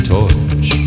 torch